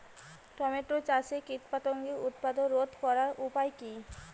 Tomato চাষে কীটপতঙ্গের উৎপাত রোধ করার উপায় কী?